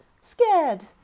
scared